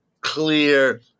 clear